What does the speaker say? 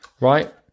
right